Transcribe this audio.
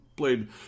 played